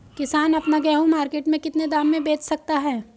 किसान अपना गेहूँ मार्केट में कितने दाम में बेच सकता है?